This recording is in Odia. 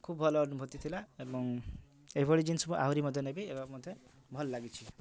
ଖୁବ୍ ଭଲ ଅନୁଭୂତି ଥିଲା ଏବଂ ଏହିଭଳି ଜିନିଷକୁ ଆହୁରି ମଧ୍ୟ ନେବି ଏବଂ ମୋତେ ଭଲ ଲାଗିଛି